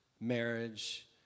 marriage